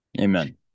Amen